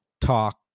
talk